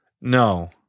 No